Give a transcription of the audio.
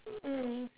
mm